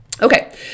Okay